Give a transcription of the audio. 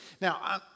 Now